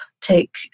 take